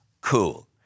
cool